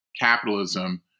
capitalism